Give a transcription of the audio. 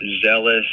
zealous